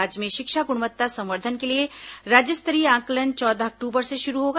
राज्य में शिक्षा गुणवत्ता संवर्धन के लिए राज्य स्तरीय आंकलन चौदह अक्टूबर से शुरू होगा